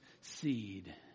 seed